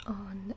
on